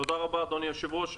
תודה רבה אדוני היושב ראש.